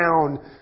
down